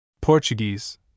Portuguese